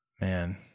man